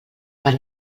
pel